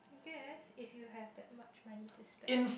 guess if you have that much money to spend